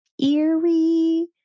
eerie